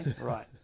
right